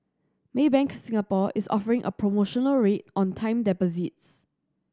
Maybank Singapore is offering a promotional rate on time deposits